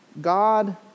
God